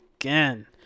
again